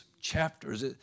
chapters